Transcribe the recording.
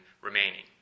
remaining